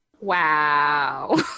Wow